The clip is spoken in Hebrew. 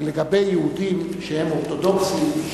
לגבי יהודים שהם אורתודוקסים,